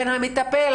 המטפל,